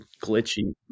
glitchy